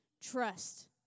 trust